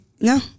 no